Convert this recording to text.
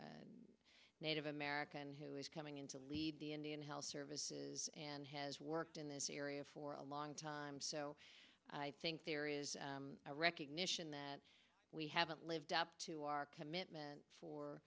a native american who is coming in to lead the indian health services and has worked in this area for a long time so i think there is a recognition that we haven't lived up to our commitment for